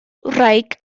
wraig